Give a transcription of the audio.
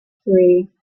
three